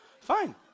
fine